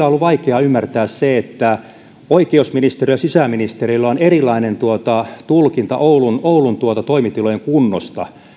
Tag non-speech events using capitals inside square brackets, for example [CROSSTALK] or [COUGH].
[UNINTELLIGIBLE] ollut vaikea ymmärtää se että oikeusministeriöllä ja sisäministeriöllä on erilainen tulkinta oulun oulun toimitilojen kunnosta